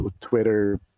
Twitter